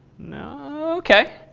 no? ok?